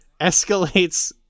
escalates